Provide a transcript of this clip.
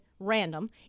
random